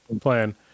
Plan